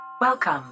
Welcome